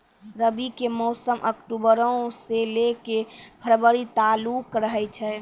रबी के मौसम अक्टूबरो से लै के फरवरी तालुक रहै छै